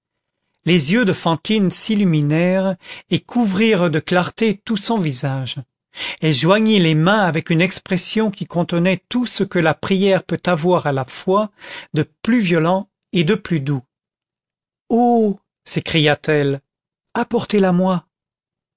les yeux de fantine s'illuminèrent et couvrirent de clarté tout son visage elle joignit les mains avec une expression qui contenait tout ce que la prière peut avoir à la fois de plus violent et de plus doux oh s'écria-t-elle